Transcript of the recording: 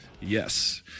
Yes